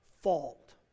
fault